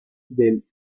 del